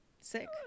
Sick